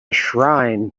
shrine